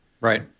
Right